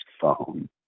phone